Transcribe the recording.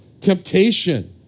temptation